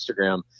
instagram